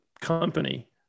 company